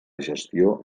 gestió